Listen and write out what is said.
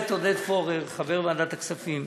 חבר הכנסת עודד פורר, חבר ועדת הכספים,